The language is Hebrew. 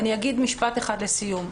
אגיד משפט אחד לסיום,